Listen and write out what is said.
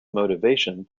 motivation